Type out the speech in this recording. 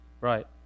Right